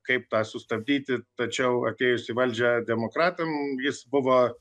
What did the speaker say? kaip tą sustabdyti tačiau atėjus į valdžią demokratam jis buvo